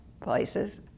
places